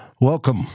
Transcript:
welcome